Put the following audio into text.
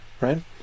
right